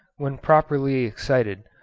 when properly excited,